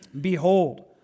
behold